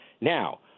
Now